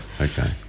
Okay